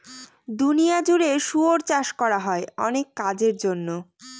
দুনিয়া জুড়ে শুয়োর চাষ করা হয় অনেক কাজের জন্য